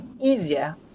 easier